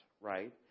right